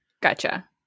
Gotcha